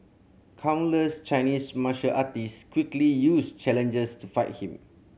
countless Chinese martial artist quickly used challenges to fight him